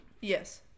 Yes